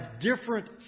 different